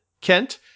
Kent